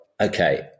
okay